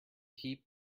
heap